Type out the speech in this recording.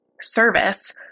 service